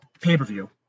pay-per-view